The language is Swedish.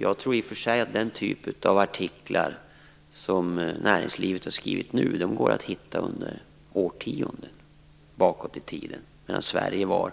Jag tror i och för sig att den typ av artiklar som näringslivet nu har skrivit går att hitta under årtionden bakåt i tiden,